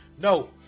No